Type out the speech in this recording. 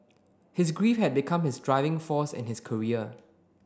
his grief had become his driving force in his career